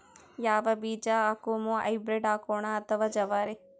ಯಾವ ಬೀಜ ಹಾಕುಮ, ಹೈಬ್ರಿಡ್ ಹಾಕೋಣ ಅಥವಾ ಜವಾರಿ?